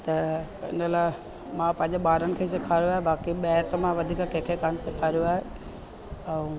त इन लाइ मां पंहिंजे ॿारनि खे सेखारियो आहे बाक़ी ॿाहिरि त मां वधीक कंहिंखें कोन सेखारियो आहे ऐं